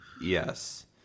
yes